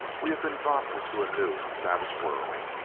we have been dropped into a new and savage world,